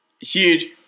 Huge